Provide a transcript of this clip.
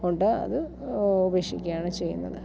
കൊണ്ട് അത് ഉപേക്ഷിക്കുകയാണ് ചെയ്യുന്നത്